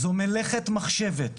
זו מלאכת מחשבת.